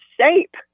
shape